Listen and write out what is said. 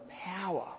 power